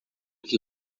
que